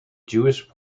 jewish